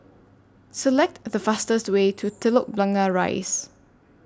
Select The fastest Way to Telok Blangah Rise